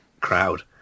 crowd